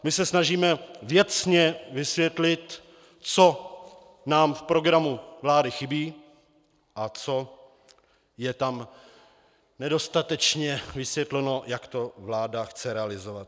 My se snažíme věcně vysvětlit, co nám v programu vlády chybí a co je tam nedostatečně vysvětleno, jak to vláda chce realizovat.